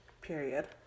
period